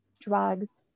drugs